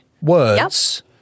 words